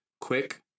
quick